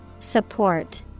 Support